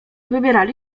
wybierali